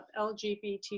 lgbt